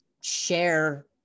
share